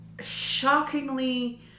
shockingly